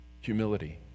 Humility